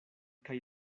kaj